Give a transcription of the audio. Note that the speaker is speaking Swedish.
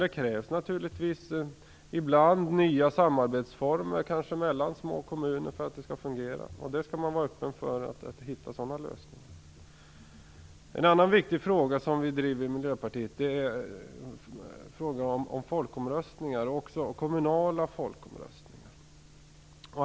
Det krävs naturligtvis ibland nya samarbetsformer, kanske mellan små kommuner, för att det skall fungera. Man skall vara öppen för sådana lösningar. En annan viktig fråga som vi driver i Miljöpartiet är frågan om kommunala folkomröstningar.